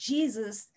Jesus